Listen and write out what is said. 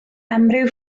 amryw